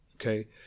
Okay